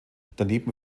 daneben